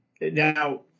now